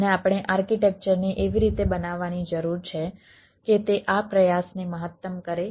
અને આપણે આર્કિટેક્ચરને એવી રીતે બનાવવાની જરૂર છે કે તે આ પ્રયાસને મહત્તમ કરે